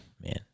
man